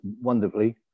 wonderfully